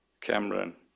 Cameron